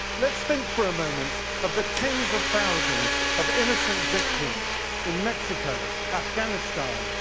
let's think for a moment of the tens of thousands of innocent victims in mexico, afghanistan,